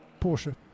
Porsche